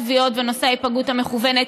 בנושא הטביעות ונושא ההיפגעות המכוונת,